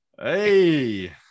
Hey